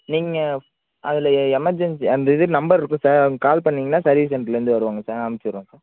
நீங்கள் அதில் எமர்ஜென்சி அந்த இது நம்பர் இருக்கும் சார் கால் பண்ணிங்கன்னால் சர்வீஸ் சென்டர்லேருந்து வருவாங்கள் சார் நான் அனுச்சுட்றேன் சார்